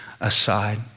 aside